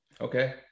Okay